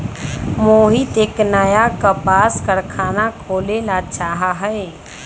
मोहित एक नया कपास कारख़ाना खोले ला चाहा हई